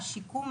השיקום,